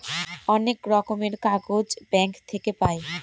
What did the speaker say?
অনেক রকমের কাগজ ব্যাঙ্ক থাকে পাই